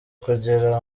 kugira